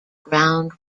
ground